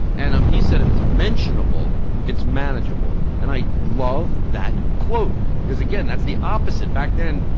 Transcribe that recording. and um he said, if it's mentionable, it's manageable, and i love that quote, because, again, that's the opposite. back then,